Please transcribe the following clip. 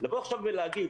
לבוא עכשיו ולהגיד,